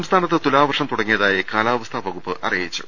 സംസ്ഥാനത്ത് തുലാവർഷം തുടങ്ങിയതായി കാലാവസ്ഥാ വകുപ്പ് അറിയിച്ചു